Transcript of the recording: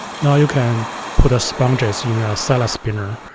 now you can put a sponges in a salad spinner,